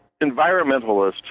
environmentalists